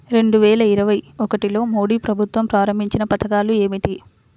రెండు వేల ఇరవై ఒకటిలో మోడీ ప్రభుత్వం ప్రారంభించిన పథకాలు ఏమిటీ?